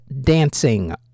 Dancing